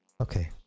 okay